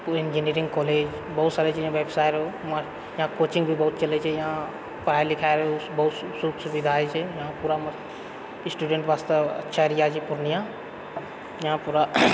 engineering college बहुत सारे व्यवसाय यहाँ कोचिङ्ग भी बहुत चलै छै यहाँ पढ़ाइ लिखाइ बहुत सुख सुविधा होइत छै यहाँ पूरा स्टुडेन्ट वास्ते अच्छा एरिया छै पूर्णिया यहाँ पूरा